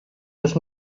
dos